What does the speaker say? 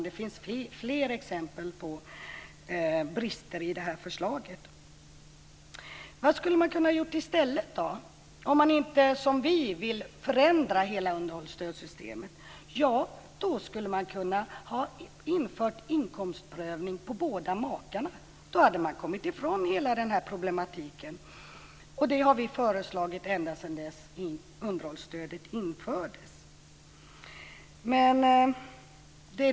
Det finns fler exempel på brister i detta förslag. Vad skulle man ha kunnat göra i stället, om man inte som vi vill förändra hela underhållsstödssystemet? Ja, man skulle ha kunnat införa inkomstprövning på båda makarna. Då hade man kommit ifrån hela problematiken. Det har vi föreslagit ända sedan underhållsstödet infördes.